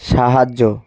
সাহায্য